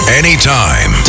anytime